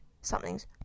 something's